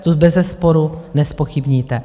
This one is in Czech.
To bezesporu nezpochybníte.